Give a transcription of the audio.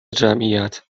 جمعیت